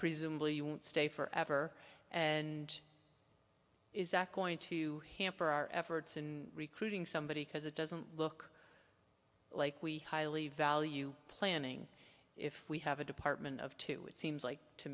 presumably you won't stay forever and going to hamper our efforts in recruiting somebody because it doesn't look like we highly value planning if we have a department of two it seems like to